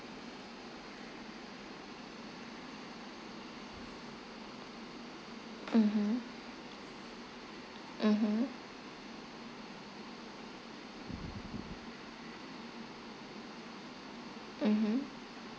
mmhmm mmhmm mmhmm